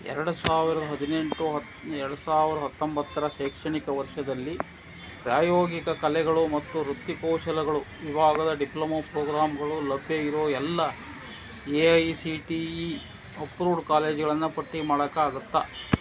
ಎರಡು ಸಾವಿರದ ಹದಿನೆಂಟು ಹ ಎರಡು ಸಾವಿರದ ಹತ್ತೊಂಬತ್ತರ ಶೈಕ್ಷಣಿಕ ವರ್ಷದಲ್ಲಿ ಪ್ರಾಯೋಗಿಕ ಕಲೆಗಳು ಮತ್ತು ವೃತ್ತಿಕೌಶಲಗಳು ವಿಭಾಗದ ಡಿಪ್ಲೊಮೊ ಪ್ರೋಗ್ರಾಮ್ಗಳು ಲಭ್ಯ ಇರೊ ಎಲ್ಲ A I C T E approved ಕಾಲೇಜ್ಗಳನ್ನು ಪಟ್ಟಿ ಮಾಡೋಕ್ಕಾಗತ್ತಾ